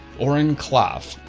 oren klaff,